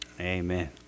Amen